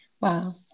Wow